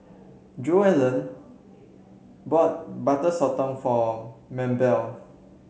Joellen bought Butter Sotong for Mabelle